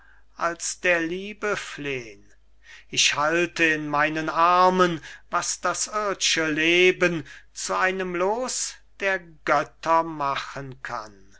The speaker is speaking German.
als der liebe flehn ich halte in meinen armen was das ird'sche leben zu einem loos der götter machen kann doch